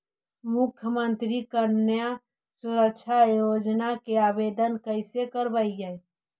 मुख्यमंत्री कन्या सुरक्षा योजना के आवेदन कैसे करबइ?